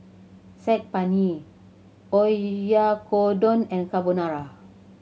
Saag Paneer Oyakodon and Carbonara